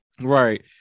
Right